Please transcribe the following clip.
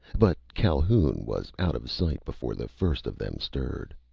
but calhoun was out of sight before the first of them stirred.